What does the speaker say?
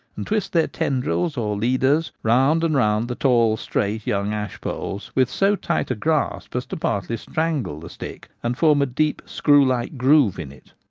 and twist their tendrils or leaders round and round the tall, straight, young ash poles with so tight a grasp as to partly strangle the stick and form a deep screw-like groove in it.